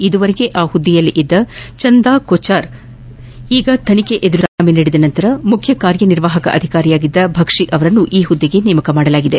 ಇದುವರೆಗೆ ಈ ಹುದೆಯಲ್ಲಿದ್ದ ಚಂದಾ ಕೊಚಾರ್ ಈಗ ತನಿಖೆ ಎದುರಿಸುತ್ತಿದ್ದು ರಾಜೀನಾಮೆ ನೀಡಿದ ನಂತರ ಮುಖ್ಯ ಕಾರ್ಯನಿರ್ವಾಹಕ ಅಧಿಕಾರಿಯಾಗಿದ್ದ ಭಕ್ಷಿ ಅವರನ್ನು ಈ ಹುದ್ದೆಗೆ ನೇಮಿಸಲಾಗಿತ್ತು